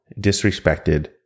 disrespected